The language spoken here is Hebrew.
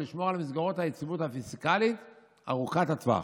ולשמור על מסגרות היציבות הפיסקלית ארוכות הטווח."